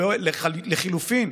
לחלופין,